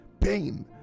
pain